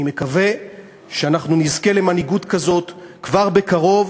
אני מקווה שאנחנו נזכה למנהיגות כזאת כבר בקרוב,